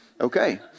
Okay